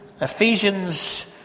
Ephesians